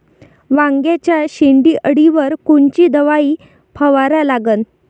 वांग्याच्या शेंडी अळीवर कोनची दवाई फवारा लागन?